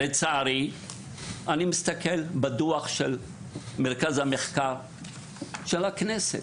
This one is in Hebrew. לצערי, אני מסתכל בדו"ח של מרכז המחקר של הכנסת,